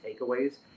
takeaways